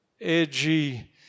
edgy